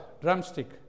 drumstick